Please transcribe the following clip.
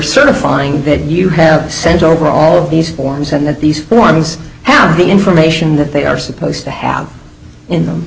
certifying that you have sent over all of these forms and that these ones have the information that they are supposed to have in them